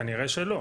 כנראה שלא.